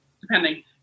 depending